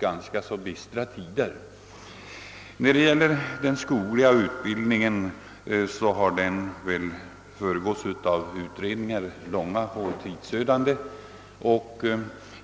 trots de bistra tiderna för denna näring. Frågan om den skogliga utbildningen har föregåtts av långa och tidsödande utredningar.